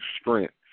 strength